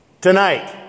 tonight